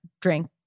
drink